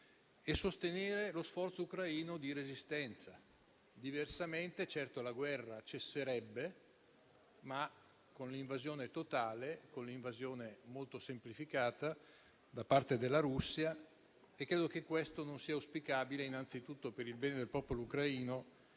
e sostenere lo sforzo ucraino di resistenza. Diversamente, certo la guerra cesserebbe, ma con l'invasione totale e molto semplificata da parte della Russia. Credo che questo non sia auspicabile, innanzitutto per il bene del popolo ucraino